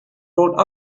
rolled